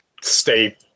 stay